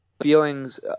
feelings